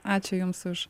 ačiū jums už